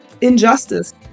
injustice